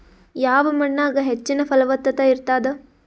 ಯಾವ ಮಣ್ಣಾಗ ಹೆಚ್ಚಿನ ಫಲವತ್ತತ ಇರತ್ತಾದ?